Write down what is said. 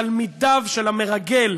תלמידיו של המרגל